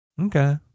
Okay